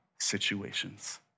situations